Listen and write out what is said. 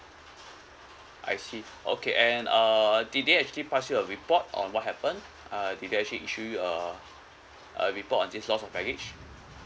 I see okay and uh did they actually pass you a report on what happened uh did they actually issue you a a report on this loss of baggage